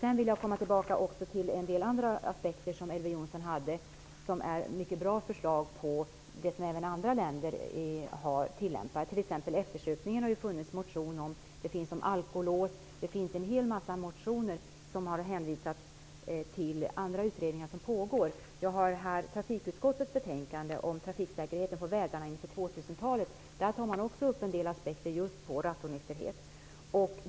Jag vill också ta upp en del andra aspekter som Elver Jonsson hade. De är mycket bra förslag på sådant som även andra länder tillämpar. Det har t.ex. funnits motioner om eftersupningen, det finns motioner om alkolås. Det finns en hel mängd motioner som har hänvisats till andra utredningar som pågår. Jag har här trafikutskottets betänkande om trafiksäkerheten på vägarna inför 2000-talet. Där tar man också upp en del aspekter på just rattonykterhet.